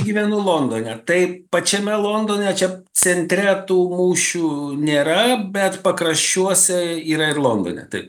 gyvenu londone tai pačiame londone čia centre tų mūšių nėra bet pakraščiuose yra ir londone taip